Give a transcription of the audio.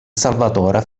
salvatore